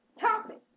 topic